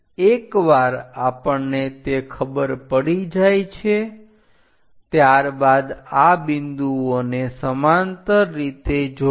એકવાર આપણને તે ખબર પડી જાય છે ત્યારબાદ આ બિંદુઓને સમાંતર રીતે જોડો